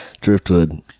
Driftwood